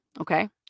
Okay